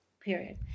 Period